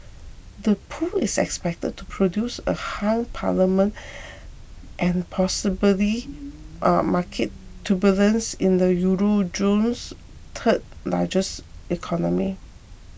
the poll is expected to produce a hung parliament and possibly market turbulence in the Euro zone's third largest economy